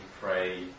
pray